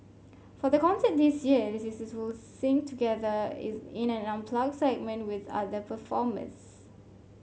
for the concert this year the sisters will sing together is in an unplugged segment with other performers